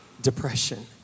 depression